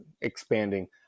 expanding